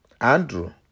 Andrew